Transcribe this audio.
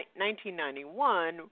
1991